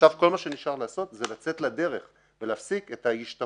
עכשיו כל מה שנשאר לעשות זה לצאת לדרך ולהפסיק את ההשתהות